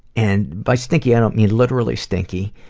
and by stinky, i don't mean literally stinky,